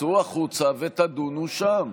צאו החוצה ותדונו שם.